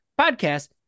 podcast